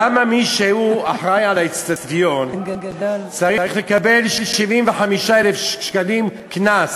למה מי שאחראי לאיצטדיון צריך לקבל 75,000 שקלים קנס?